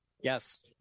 Yes